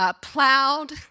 plowed